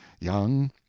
young